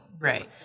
Right